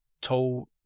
told